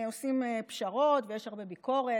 עושים פשרות ויש הרבה ביקורת,